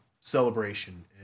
celebration